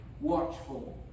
watchful